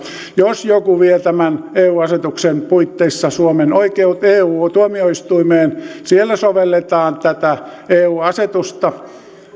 jos joku vie tämän eu asetuksen puitteissa suomen eu tuomioistuimeen siellä sovelletaan tätä eu asetusta